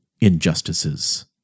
Injustices